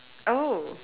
oh